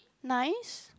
nice